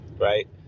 right